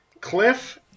Cliff